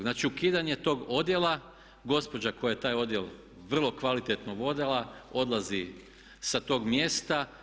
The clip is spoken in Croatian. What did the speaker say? Znači, ukidanje tog odjela, gospođa koja je taj odjel vrlo kvalitetno vodila odlazi sa tog mjesta.